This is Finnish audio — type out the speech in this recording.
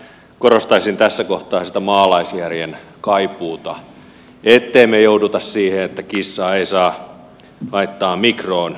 korostaisin tässä kohtaa sitä maalaisjärjen kaipuuta ettemme me joudu siihen että kissaa ei saa laittaa mikroon